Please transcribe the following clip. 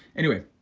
anyway,